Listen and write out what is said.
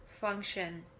function